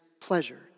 pleasure